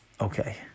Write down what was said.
okay